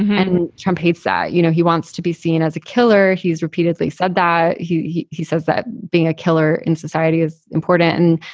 and trump hates that. you know, he wants to be seen as a killer. he's repeatedly said that. he he says that being a killer in society is important. and,